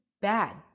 bad